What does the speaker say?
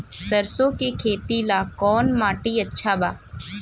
सरसों के खेती ला कवन माटी अच्छा बा?